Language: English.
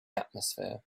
atmosphere